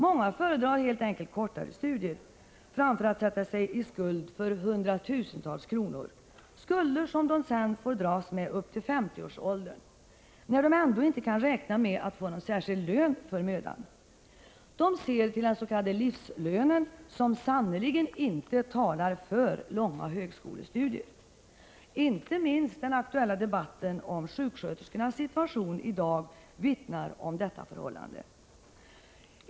Många föredrar helt enkelt kortare studier framför att sätta sig i skuld för hundratusentals kronor — skulder som de sedan får dras med upp till 50-årsåldern — när de ändå inte kan räkna med att få någon särskild lön för mödan. De ser till den s.k. livslönen, som sannerligen inte talar för långa högskolestudier. Inte minst den aktuella debatten om sjuksköterskornas situation i dag vittnar om detta förhållande.